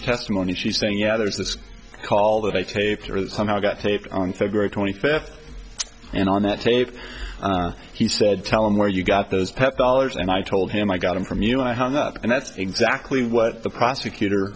testimony she's saying yeah there's this call that i taped somehow got taped on february twenty fifth and on that tape he said tell them where you got those pep dollars and i told him i got them from you know i hung up and that's exactly what the prosecutor